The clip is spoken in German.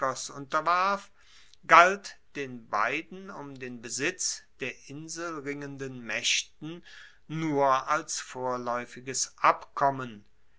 unterwarf galt den beiden um den besitz der insel ringenden maechten nur als vorlaeufiges abkommen